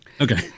Okay